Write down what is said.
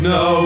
no